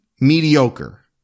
mediocre